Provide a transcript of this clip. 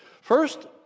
First